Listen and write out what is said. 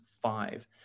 five